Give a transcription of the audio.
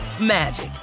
magic